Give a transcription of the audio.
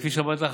כפי שאמרתי לך,